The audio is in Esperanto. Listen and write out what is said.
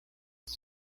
kie